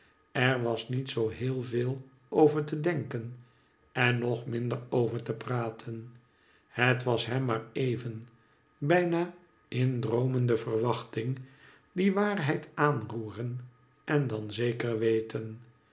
er was niet zoo heel veel over te denken en nog minder over te praten het was hem maar even bijna in droomende wachting die waarheid aanroeren en dan zeker weten